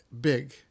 Big